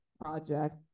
Project